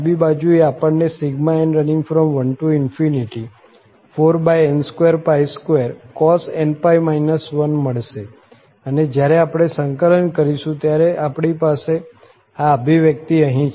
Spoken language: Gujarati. ડાબી બાજુએ આપણને n14n22cos nπ 1 મળશે અને જ્યારે આપણે સંકલન કરીશું ત્યારે આપણી પાસે આ અભિવ્યક્તિ અહીં છે